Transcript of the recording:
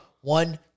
One